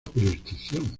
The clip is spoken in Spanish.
jurisdicción